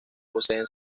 poseen